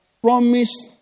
promised